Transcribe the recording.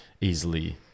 easily